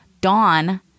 Dawn